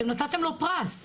אתם נתתם לו פרס.